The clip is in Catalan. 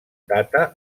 data